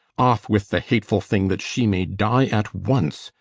off with the hateful thing that she may die at once,